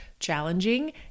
challenging